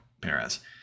Perez